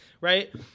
Right